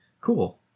Cool